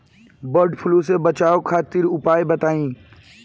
वड फ्लू से बचाव खातिर उपाय बताई?